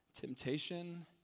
Temptation